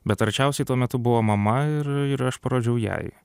bet arčiausiai tuo metu buvo mama ir ir aš parodžiau jai